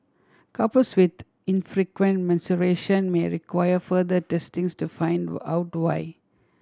couples with infrequent menstruation may require further testings to find out why